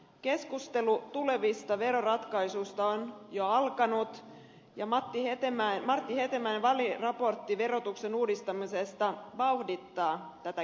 keskustelu tulevista veroratkaisuista on jo alkanut ja martti hetemäen väliraportti verotuksen uudistamisesta vauhdittaa tätä keskustelua